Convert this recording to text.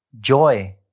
Joy